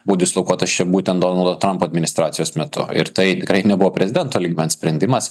buvo dislokuotas čia būtent donaldo trampo administracijos metu ir tai tikrai nebuvo prezidento lygmens sprendimas